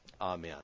amen